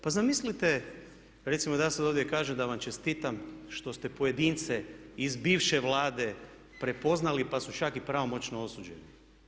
Pa zamislite, recimo da ja sada ovdje kažem da vam čestitam što ste pojedince iz bivše Vlade prepoznali pa su čak i pravomoćno osuđeni.